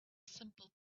simple